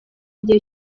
igihe